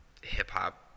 hip-hop